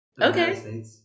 okay